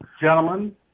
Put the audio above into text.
gentlemen